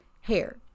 hair